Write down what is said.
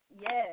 yes